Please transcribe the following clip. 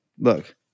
Look